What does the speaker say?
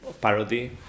parody